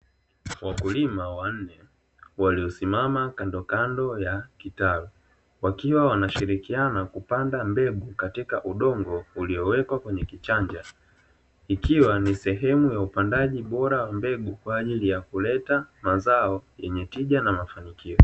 Wakulima wanne waliosimama kandokando ya kitalu, wakiwa wanashirikiana kupanda mbegu katika udongo uliowekwa kwenye kichanja, ikiwa ni sehemu ya upandaji bora wa mbegu, kwa ajili ya kuleta mazao yenye tija na mafanikio.